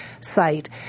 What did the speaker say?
site